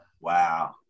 Wow